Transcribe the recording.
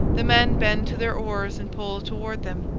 the men bend to their oars and pull toward them.